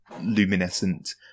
luminescent